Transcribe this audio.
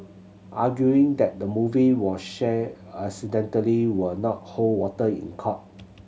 arguing that the movie was shared accidentally will not hold water in court